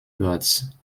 birds